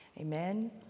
Amen